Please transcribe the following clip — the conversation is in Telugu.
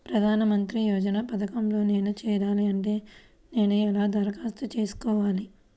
ప్రధాన మంత్రి యోజన పథకంలో నేను చేరాలి అంటే నేను ఎలా దరఖాస్తు చేసుకోవాలి?